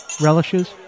relishes